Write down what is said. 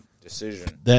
decision